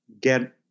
get